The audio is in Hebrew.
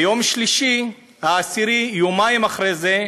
ביום שלישי, 10 בינואר, יומיים אחרי זה,